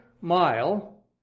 mile